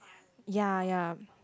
ya ya